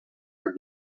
are